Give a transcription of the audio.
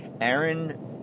Aaron